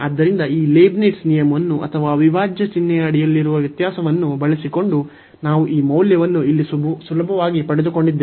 ಆದ್ದರಿಂದ ಈ ಲೀಬ್ನಿಟ್ಜ್ ನಿಯಮವನ್ನು ಅಥವಾ ಅವಿಭಾಜ್ಯ ಚಿಹ್ನೆಯ ಅಡಿಯಲ್ಲಿರುವ ವ್ಯತ್ಯಾಸವನ್ನು ಬಳಸಿಕೊಂಡು ನಾವು ಈ ಮೌಲ್ಯವನ್ನು ಇಲ್ಲಿ ಸುಲಭವಾಗಿ ಪಡೆದುಕೊಂಡಿದ್ದೇವೆ